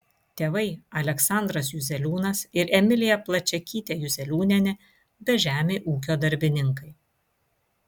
tėvai aleksandras juzeliūnas ir emilija plačiakytė juzeliūnienė bežemiai ūkio darbininkai